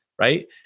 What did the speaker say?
right